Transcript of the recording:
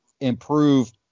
improve